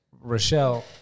Rochelle